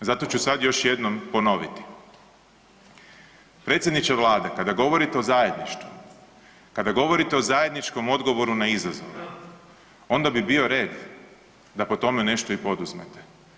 Zato ću sad još jednom ponoviti, predsjedniče Vlade kada govorite o zajedništvu, kada govorite o zajedničkom odgovoru na izazove onda bi bio red da po tome nešto i poduzmete.